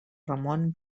ramon